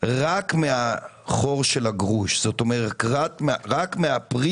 רק מהחור של הגרוש, רק מהפריזמה